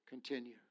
Continue